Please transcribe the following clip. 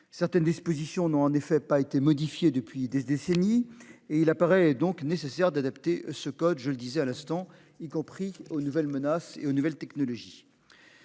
Certaines dispositions n'ont en effet pas été modifiés depuis des décennies et il apparaît donc nécessaire d'adapter ce code, je le disais à l'instant, y compris aux nouvelles menaces et aux nouvelles technologies.